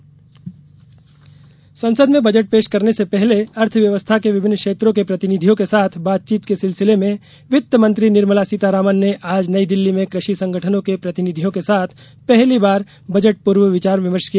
budget बैठक संसद में बजट पेश करने से पहले अर्थव्यवस्था के विभिन्न क्षेत्रों के प्रतिनिधियों के साथ बातचीत के सिलसिले में वित्तमंत्री निर्मला सीतारमन ने आज नई दिल्ली में कृषि संगठनों के प्रतिनिधियों के साथ पहली बार बजट पूर्व विचार विमर्श किया